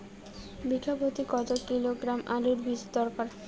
বিঘা প্রতি কত কিলোগ্রাম আলুর বীজ দরকার?